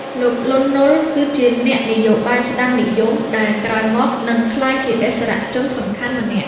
លោក លន់ ណុល គឺជាអ្នកនយោបាយស្ដាំនិយមដែលក្រោយមកនឹងក្លាយជាឥស្សរជនសំខាន់ម្នាក់។